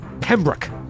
Pembroke